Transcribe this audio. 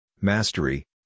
mastery